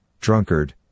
drunkard